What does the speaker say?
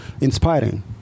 inspiring